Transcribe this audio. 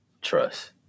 Trust